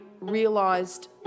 realised